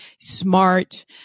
smart